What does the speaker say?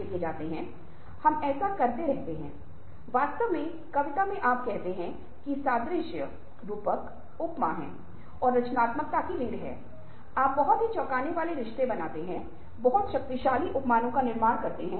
इसलिए यह सब निर्भर करता है कि हम किस तरह से काम करते हैं हम कैसे बातचीत करने में सक्षम हैं और हमारी संचार क्षमता संचार व्यवहार की भूमिका बहुत महत्वपूर्ण है